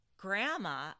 Grandma